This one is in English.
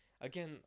Again